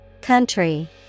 Country